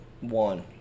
one